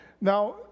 Now